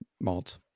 malt